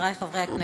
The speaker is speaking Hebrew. חבריי חברי הכנסת,